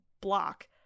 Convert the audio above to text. block